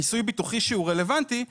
ככיסוי ביטוחי שהוא רלוונטי,